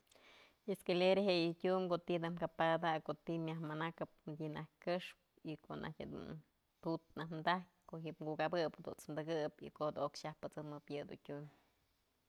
Yë escalera je yë tyum ko'o ti'i naj ka padany, ko'o ti'i myaj manakëp mëdyë naj këxpë y ko'o najtyë jedun ju'ut najy dajyë ku ji'ib kukabëp jadunt's tëkëp ko'o jada'ok xaj pësëmëp, yë dun tyum.